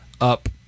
up